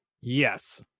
Yes